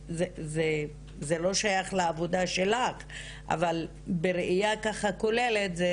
זה לא שייך לעבודה שלך אבל בראייה ככה כוללת זה